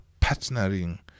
partnering